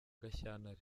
gashyantare